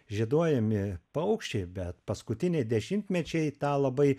žieduojami paukščiai bet paskutiniai dešimtmečiai tą labai